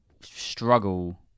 struggle